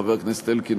חבר הכנסת אלקין,